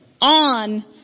on